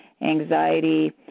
anxiety